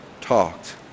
talked